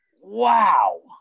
wow